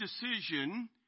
decision